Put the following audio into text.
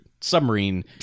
submarine